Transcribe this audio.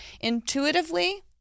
intuitively